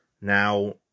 Now